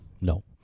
no